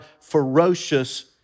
ferocious